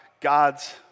God's